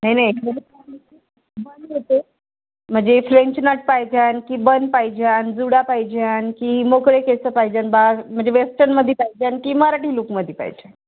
नाही नाही बन होते म्हणजे फ्रेंच नट पाहिजे आणखी बन पाहिजे आणि जुडा पाहिजे आणखी मोकळे केस पाहिजे बार म्हणजे वेस्टनमध्ये पाहिजे आणि की मराठी लुकमध्ये पाहिजे